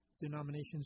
denominations